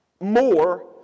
more